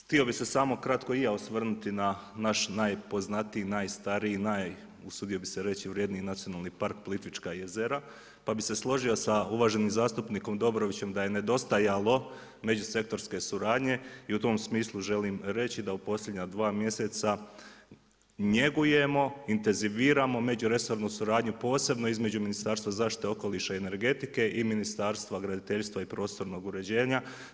Htio bih se samo kratko i ja osvrnuti na naš najpoznatiji, najstariji, usudio bi se reći vrjedniji nacionalni park Plitvička jezera, pa bi se složio sa uvaženim zastupnikom Dobrovićem, da je nedostajalo međusektorske suradnje i u tom smislu želim reći da u posljednja 2 mjeseca njegujemo, intenziviramo međuresornu suradnju, posebno između Ministarstva zaštite okoliša i energetike i Ministarstva graditeljstva i prostornog uređenja.